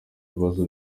bibazo